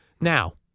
Now